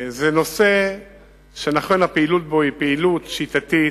זה נושא שנכון שהפעילות בו היא שיטתית,